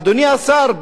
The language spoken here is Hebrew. אדוני השר,